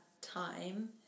time